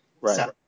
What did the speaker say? Right